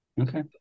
Okay